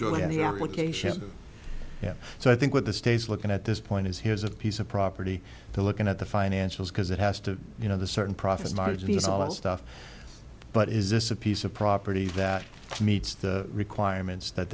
keisha's yeah so i think with the states looking at this point is here's a piece of property to looking at the financials because it has to you know the certain profit margin is all that stuff but is this a piece of property that meets the requirements that